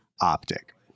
optic